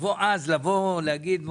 ולהגיד לנו,